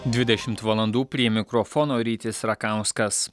dvidešim valandų prie mikrofono rytis rakauskas